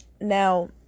Now